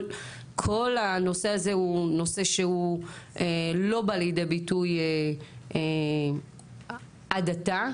כל הנושא הזה הוא נושא שהוא לא בא לידי ביטוי עד עתה,